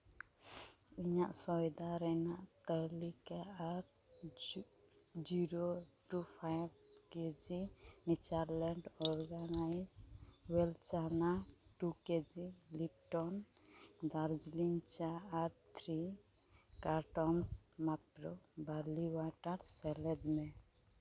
ᱤᱧᱟᱹᱜ ᱥᱚᱭᱫᱟ ᱨᱮᱭᱟᱜ ᱛᱟᱹᱞᱤᱠᱟ ᱟᱨ ᱡᱤᱨᱳ ᱴᱩ ᱯᱷᱟᱭᱭᱤᱵᱷ ᱠᱮᱡᱤ ᱢᱤᱪᱟᱨᱞᱮᱰ ᱚᱨᱜᱟᱱᱟᱭᱤᱥ ᱳᱭᱮᱞ ᱪᱟᱱᱟ ᱴᱩ ᱠᱮᱡᱤ ᱞᱤᱴᱚᱱ ᱫᱟᱨᱡᱤᱞᱤᱝ ᱪᱟ ᱟᱨ ᱛᱷᱨᱤ ᱠᱟᱴᱚᱱᱥ ᱢᱟᱛᱨᱳ ᱵᱟᱨᱞᱤ ᱳᱣᱟᱴᱟᱨᱥ ᱥᱮᱞᱮᱫ ᱢᱮ